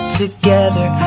together